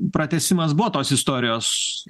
pratęsimas buvo tos istorijos